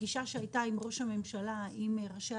בפגישה שהייתה עם ראש הממשלה וראשי